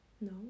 No